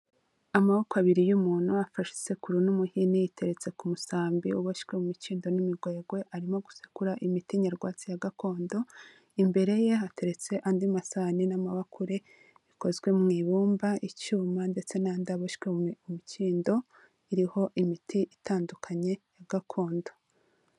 Amaboko abiri y'umuntu afashe isekuru n'umuhini, iteretse ku musambi uboshywe mu mukindo n'imigwegwe, arimo gusekura imiti nyarwatsi ya gakondo, imbere ye hateretse andi masahani n'amabakure bikozwe mu ibumba, icyuma ndetse nandi aboshywe mu mikindo, iriho imiti itandukanye ya gakondo.